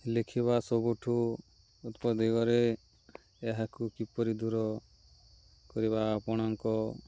ଲେଖିବା ସବୁଠୁ ଏହାକୁ କିପରି ଦୂର କରିବା ଆପଣଙ୍କ